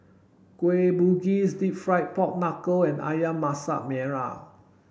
Kueh Bugis deep fried pork knuckle and Ayam Masak Merah